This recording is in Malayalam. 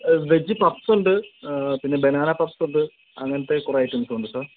വെജ് പപ്സ് ഉണ്ട് പിന്നെ ബനാന പപ്സ് ഉണ്ട് അങ്ങനത്തെ കുറെ ഐറ്റംസ് ഉണ്ട് സാർ